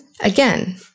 again